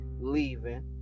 leaving